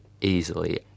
easily